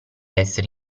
essere